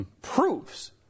proves